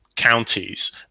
counties